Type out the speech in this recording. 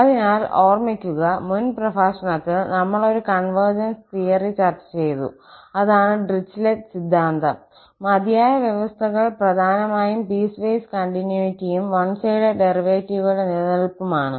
അതിനാൽ ഓർമിക്കുക മുൻ പ്രഭാഷണത്തിൽ നമ്മൾ ഒരു കൺവെർജൻസ് തിയറി ചർച്ച ചെയ്തു അതാണ് ഡിറിച്ലെറ്റ് സിദ്ധാന്തം മതിയായ വ്യവസ്ഥകൾ പ്രധാനമായും പീസ്വേസ് കണ്ടിന്യൂറ്റിയും വൺ സൈഡെഡ് ഡെറിവേറ്റീവുകളുടെ നിലനിൽപ്പും ആണ്